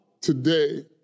today